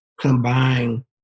combine